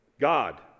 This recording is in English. God